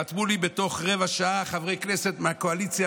חתמו לי בתוך רבע שעה חברי כנסת מהקואליציה